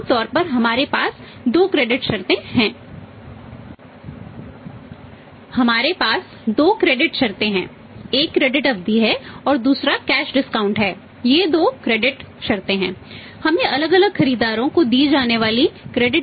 यहां हमारे पास दो क्रेडिट